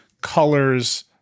colors